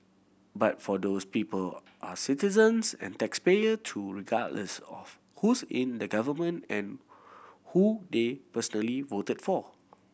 but for those people are citizens and taxpayer too regardless of who's in the government and who they personally voted for